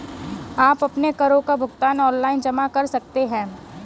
आप अपने करों का भुगतान ऑनलाइन जमा कर सकते हैं